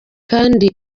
kandi